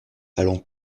allant